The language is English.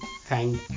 thank